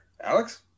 Alex